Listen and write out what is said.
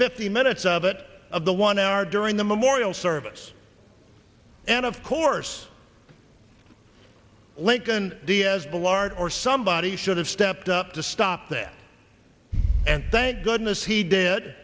fifteen minutes of it of the one hour during the memorial service and of course lincoln diaz balart or somebody should have stepped up to stop that and thank goodness he did